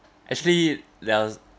actually there's